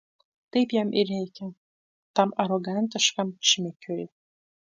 taip jam ir reikia tam arogantiškam šmikiui